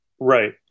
Right